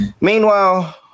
Meanwhile